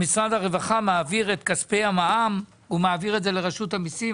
שמשרד הרווחה מעביר את כספי המע"מ לרשות המיסים.